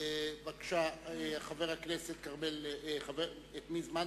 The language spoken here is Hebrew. חבר הכנסת כרמל שאמה,